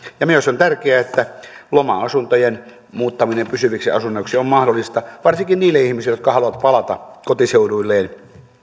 ja myös on tärkeää että loma asuntojen muuttaminen pysyviksi asunnoiksi on mahdollista varsinkin niille ihmisille jotka haluavat palata kotiseuduilleen